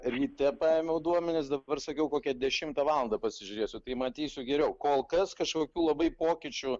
ryte paėmiau duomenis dabar sakiau kokią dešimtą valandą pasižiūrėsiu tai matysiu geriau kol kas kažkokių labai pokyčių